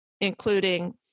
including